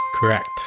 Correct